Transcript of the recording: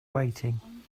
waiting